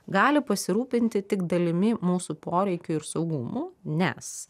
gali pasirūpinti tik dalimi mūsų poreikių ir saugumų nes